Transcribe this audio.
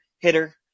Hitter